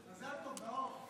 מזל טוב, נאור.